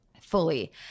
fully